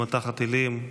במטח הטילים.